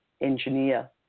engineer